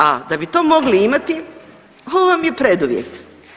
A da bi to mogli imati ovo vam je preduvjeti.